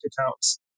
accounts